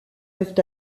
peuvent